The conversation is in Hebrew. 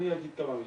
אני אגיד כמה מילים.